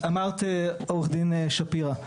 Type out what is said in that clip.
עורכת הדין שפירא,